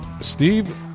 Steve